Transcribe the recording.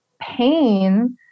pain